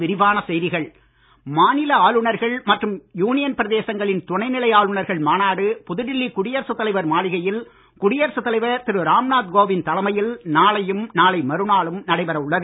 மாநாடு மாநில ஆளுநர்கள் மற்றும் யூனியன் பிரதேசங்களின் துணை நிலை ஆளுநர்கள் மாநாடு புதுடெல்லி குடியரசு தலைவர் மாளிகையில் குடியரசு தலைவர் திரு ராம்நாத் கோவிந்த் தலைமையில் நாளையும் நாளை மறுநாளும் நடைபெற உள்ளது